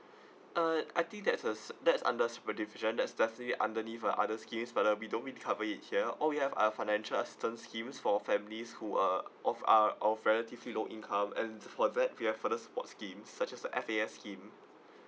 uh I think that's uh cer~ that's under support division that's definitely underneath uh other schemes but uh we don't mean to cover it here all we have uh financial assistance scheme for families who uh of uh of relatively low income and for that we have further support scheme such as F_A_S scheme